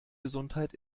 gesundheit